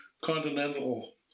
continental